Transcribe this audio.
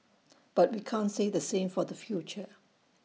but we can't say the same for the future